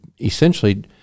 essentially